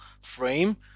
frame